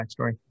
backstory